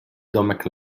domek